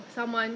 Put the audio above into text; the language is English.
那是 ah